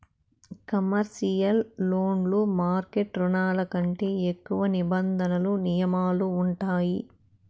commercial లోన్లు market రుణాల కంటే ఎక్కువ నిబంధనలు నియమాలు ఉంటాయి